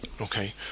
Okay